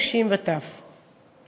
נשים וטף.‏